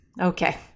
Okay